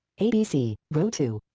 abc, row two.